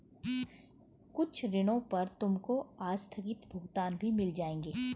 कुछ ऋणों पर तुमको आस्थगित भुगतान भी मिल जाएंगे